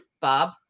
Bob